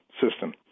system